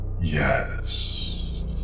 Yes